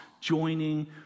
joining